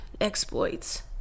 exploits